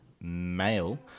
male